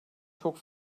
çok